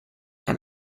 and